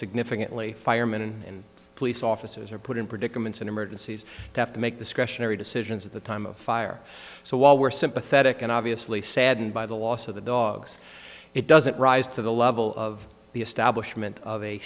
significantly firemen and police officers are put in predicaments in emergencies have to make this question any decisions at the time of fire so while we're sympathetic and obviously saddened by the loss of the dogs it doesn't rise to the level of the establishment of a